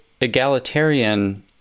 egalitarian